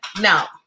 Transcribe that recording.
now